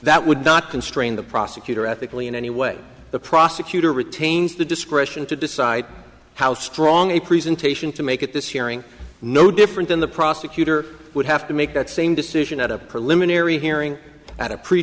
that would not constrain the prosecutor ethically in any way the prosecutor retains the discretion to decide how strong a presentation to make at this hearing no different than the prosecutor would have to make that same decision at a preliminary hearing at a pre